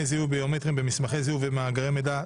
זיהוי ביומטריים במסמכי זיהוי ובמאגר מידע,